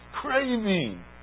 craving